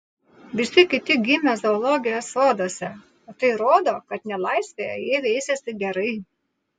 visi kiti gimę zoologijos soduose o tai rodo kad nelaisvėje jie veisiasi gerai